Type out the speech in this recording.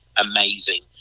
amazing